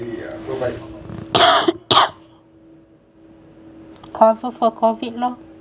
cover for COVID lor